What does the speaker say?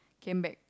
came back